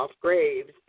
graves